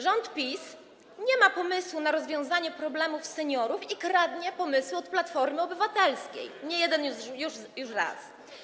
Rząd PiS nie ma pomysłu na rozwiązanie problemów seniorów i kradnie pomysły od Platformy Obywatelskiej nie pierwszy już raz.